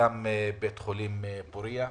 גם בבית החולים פורייה.